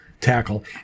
tackle